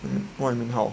mm what you mean how